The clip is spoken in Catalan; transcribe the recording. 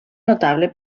notable